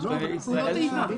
פעולות איבה.